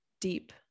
deep